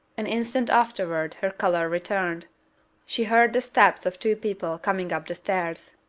an instant afterwards her colour returned she heard the steps of two people coming up the stairs.